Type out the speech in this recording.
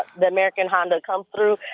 the american honda come through.